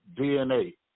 DNA